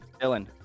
Dylan